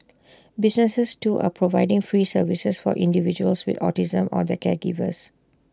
businesses too are providing free services for individuals with autism or their caregivers